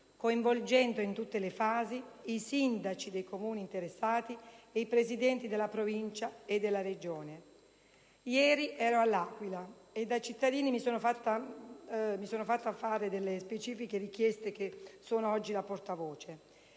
coinvolgendo in tutte le fasi i sindaci dei Comuni interessati e i Presidenti della Provincia e della Regione. Ieri ero all'Aquila e dai cittadini ho raccolto delle specifiche richieste, di cui sono oggi portavoce.